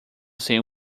sem